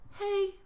hey